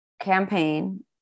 campaign